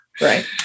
Right